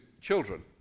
children